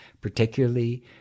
particularly